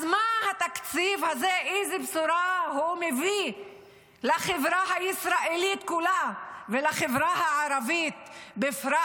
אז איזו בשורה התקציב הזה מביא לחברה הישראלית כולה ולחברה הערבית בפרט,